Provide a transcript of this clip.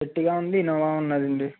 Ertiga ఉంది Innova ఉన్నది అండి